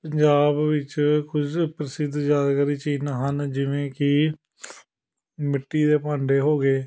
ਪੰਜਾਬ ਵਿੱਚ ਕੁਝ ਪ੍ਰਸਿੱਧ ਯਾਦਗਾਰੀ ਚਿੰਨ ਹਨ ਜਿਵੇਂ ਕਿ ਮਿੱਟੀ ਦੇ ਭਾਂਡੇ ਹੋ ਗਏ